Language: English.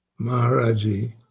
Maharaji